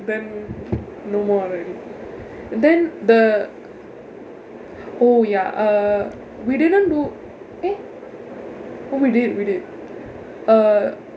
then no more already then the oh ya uh we didn't do eh oh we did we did uh